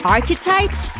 Archetypes